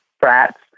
brats